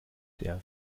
der